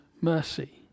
mercy